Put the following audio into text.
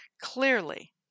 Clearly